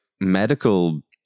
medical